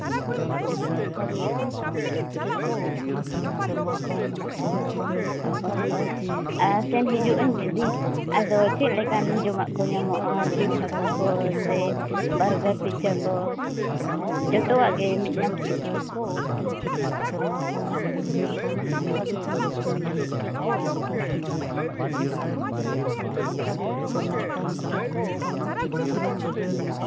ᱚ ᱦᱚᱸ ᱦᱳᱭ ᱟᱨ ᱥᱮᱱ ᱦᱤᱡᱩᱜᱼᱟᱹᱧ ᱢᱤᱫ ᱫᱤᱱ ᱟᱫᱚ ᱪᱮᱫ ᱞᱮᱠᱟᱱ ᱡᱚᱢᱟᱜ ᱠᱚ ᱧᱟᱢᱚᱜᱼᱟ ᱡᱤᱞ ᱦᱟᱹᱠᱩ ᱠᱚ ᱥᱮ ᱵᱟᱨᱜᱟᱨ ᱯᱤᱡᱡᱷᱟ ᱠᱚ ᱡᱚᱛᱚᱣᱟᱜ ᱜᱮ ᱧᱟᱢᱚᱜᱼᱟ